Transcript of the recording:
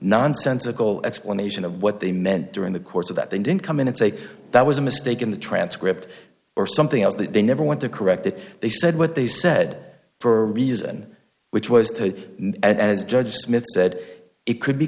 nonsensical explanation of what they meant during the course of that they didn't come in and say that was a mistake in the transcript or something else that they never want to correct that they said what they said for a reason which was to as judge smith said it could be